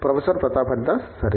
professor Pratap Haridas సరే